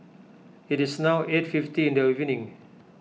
it is now eight fifty the evening